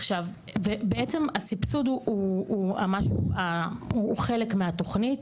עכשיו, בעצם הסבסוד הוא, הוא חלק מהתוכנית.